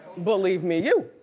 believe me you.